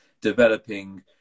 developing